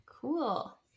Cool